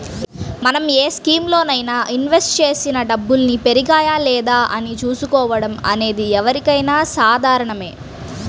మనం ఏ స్కీములోనైనా ఇన్వెస్ట్ చేసిన డబ్బుల్ని పెరిగాయా లేదా అని చూసుకోవడం అనేది ఎవరికైనా సాధారణమే